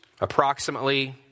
Approximately